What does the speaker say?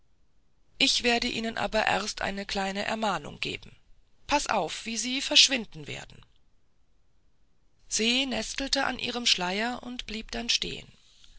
ich werde ihnen aber erst eine kleine ermahnung geben paß auf wie sie verschwinden werden se nestelte an ihrem schleier und blieb dann stehen